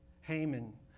Haman